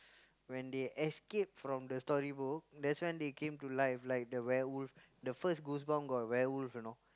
when they escape from the storybook that's when they came to life like the werewolf the first goosebump got the werewolf you know